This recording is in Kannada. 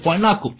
4